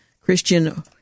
Christian